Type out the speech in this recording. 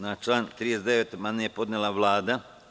Na član 39. amandman je podnela Vlada.